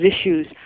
issues